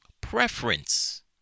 preference